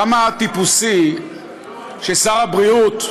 כמה טיפוסי ששר הבריאות,